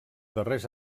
darrers